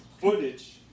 footage